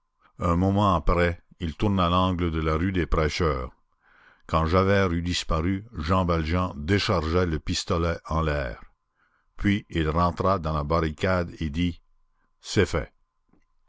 un moment après il tourna l'angle de la rue des prêcheurs quand javert eut disparu jean valjean déchargea le pistolet en l'air puis il rentra dans la barricade et dit c'est fait